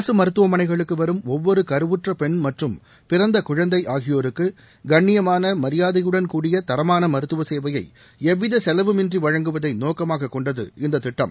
அரசு மருத்துவமனைகளுக்கு வரும் ஒவ்வொரு கருவுற்ற பெண் மற்றும் பிறந்த குழந்தை ஆகியோருக்கு கண்ணியமான மரியாதையுடன் கூடிய தரமான மருத்துவ சேவையை எவ்வித செலவும் இன்றி வழங்குவதை நோக்கமாக கொண்டது இந்த திட்டம்